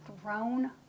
thrown